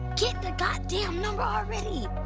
get the goddamn number already!